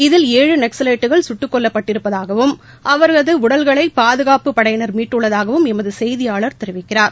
இதில் ஏழு நக்ஸவைட்டுகள் சுட்டுக் கொல்லப்பட்டிருப்பதாகவும் அவரதுஉடல்களைபாதுகாப்புப் படையினர் மீட்டுள்ளதாகவும் எமதுசெய்தியாள் தெரிவிக்கிறார்